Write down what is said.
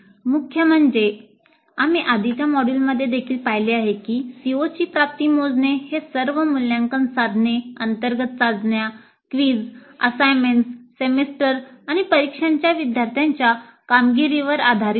मुख्य म्हणजे आणि परीक्षा अशा विद्यार्थ्यांच्या कामगिरीवर आधारित आहे